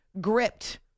gripped